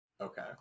Okay